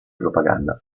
propaganda